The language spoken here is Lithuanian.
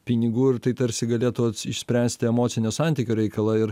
pinigų ir tai tarsi galėtų išspręsti emocinio santykio reikalą ir